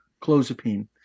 clozapine